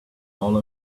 all